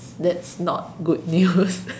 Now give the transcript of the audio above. that's not good news